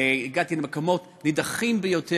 הגעתי למקומות נידחים ביותר,